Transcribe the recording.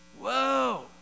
Whoa